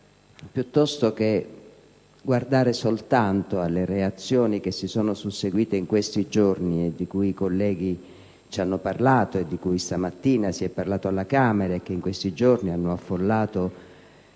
piuttosto che guardare soltanto alle reazioni che si sono susseguite in questi giorni, di cui i colleghi ci hanno parlato e di cui stamattina si è parlato alla Camera e che in questi giorni hanno affollato